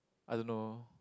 I don't know